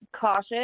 cautious